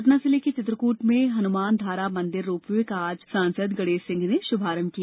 सतना जिले के चित्रकूट में हनुमान धारा मंदिर रोपवे का आज सांसद गणेश सिंह ने शुभारंभ किया